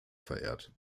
verehrt